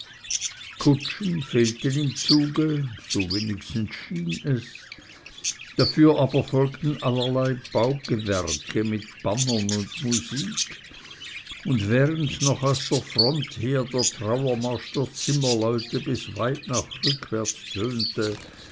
kutschen fehlten im zuge so wenigstens schien es dafür aber folgten allerlei baugewerke mit bannern und musik und während noch aus der front her der trauermarsch der zimmerleute bis weit nach rückwärts tönte